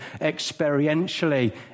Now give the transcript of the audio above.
experientially